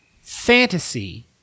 fantasy